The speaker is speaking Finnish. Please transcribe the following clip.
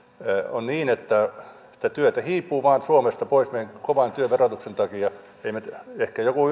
on niin että sitä työtä vain hiipuu suomesta pois meidän kovan työn verotuksemme takia ehkä joku